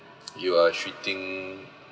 you are treating